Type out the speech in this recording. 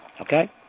okay